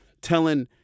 telling